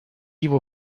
его